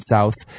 South